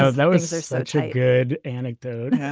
ah that was so such a good anecdote